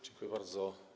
Dziękuję bardzo.